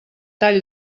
tall